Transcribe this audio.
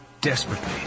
Desperately